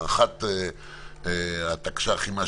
הארכת התקש"חים,